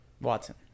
Watson